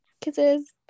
Kisses